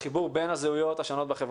בין המגזרים בחברה הישראלית.